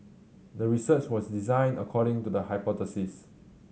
the research was designed according to the hypothesis